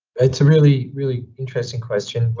it's a really, really interesting question. but